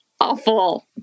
awful